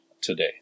today